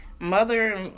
Mother